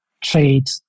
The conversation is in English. trade